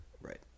Right